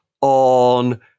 on